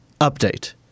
update